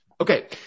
Okay